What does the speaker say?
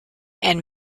and